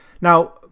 Now